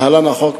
להלן: החוק,